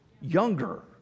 younger